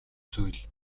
зүйл